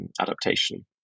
adaptation